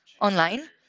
online